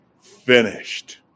finished